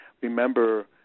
remember